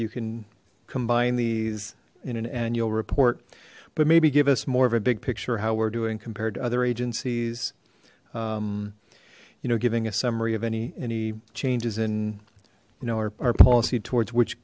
you can combine these in an annual report but maybe give us more of a big picture how we're doing compared to other agencies you know giving a summary of any any changes in you know our policy towards which